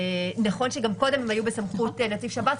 נכון שגם קודם הם היו בסמכות נציב שב"ס,